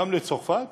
גם לצרפת